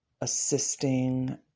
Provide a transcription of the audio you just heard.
assisting